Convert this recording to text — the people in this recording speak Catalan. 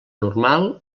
normal